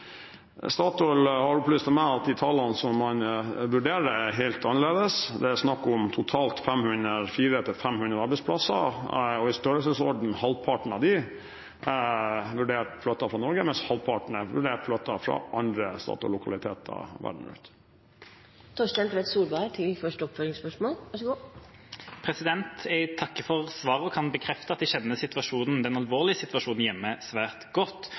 Statoil har opplyst til meg at de tallene man vurderer, er helt annerledes. Det er snakk om totalt 400–500 arbeidsplasser, og halvparten av dem er vurdert flyttet fra Norge, mens halvparten er vurdert flyttet fra andre Statoil-lokaliteter verden rundt. Jeg takker for svaret. Jeg kan bekrefte at jeg kjenner situasjonen – den alvorlige situasjonen – hjemme svært godt,